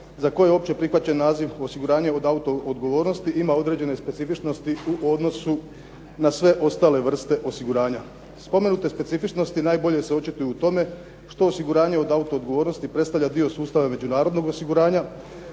za koje je opće prihvaćen naziv osiguranje od auto odgovornosti, ima određene specifičnosti u odnosu na sve ostale vrste osiguranja. Spomenute specifičnosti najbolje se očituju u tome što osiguranje od auto odgovornosti predstavlja dio sustava međunarodnog osiguranja,